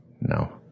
No